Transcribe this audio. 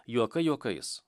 juokai juokais